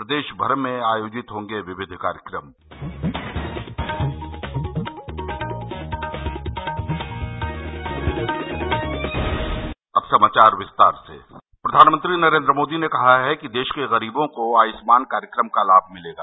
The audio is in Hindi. प्रदेश भर में आयोजित होंगे विविध कार्यक्रम प्रधानमंत्री नरेन्द्र मोदी ने कहा है कि देश के गरीबों को आयभ्मान कार्यक्रम का लाभ मिलेगा